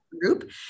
group